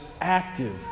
active